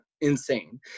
insane